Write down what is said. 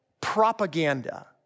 propaganda